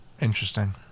Interesting